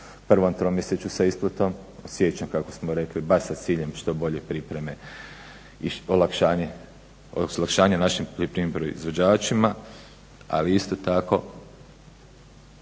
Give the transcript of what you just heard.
prvom tromjesečju sa isplatom od siječnja kako smo rekli bar sa ciljem što bolje pripreme i olakšanja našim poljoprivrednim proizvođačima, ali isto tako,